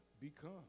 become